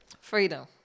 freedom